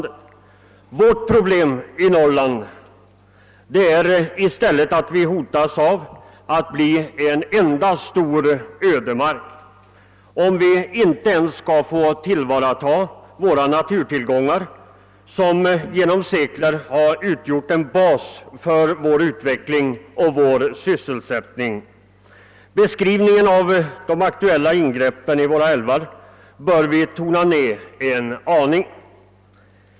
Problemet för oss i Norrland är i stället att vi hotas av att bli en stor ödemark, om vi inte ens skall få tillvarata våra naturtillgångar, vilka genom sekler har utgjort en bas för vår utveckling och sysselsättning. Beskrivningarna av de aktuella ingreppen i våra älvar bör därför tonas ner en aning.